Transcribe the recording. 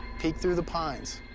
peek through the pines.